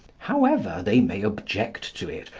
however they may object to it,